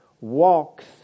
walks